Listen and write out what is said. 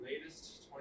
latest